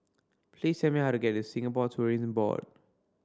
please tell me how to get to Singapore Tourism Board